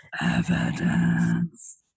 evidence